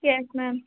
ma'am ma'am